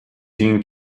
siin